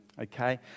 Okay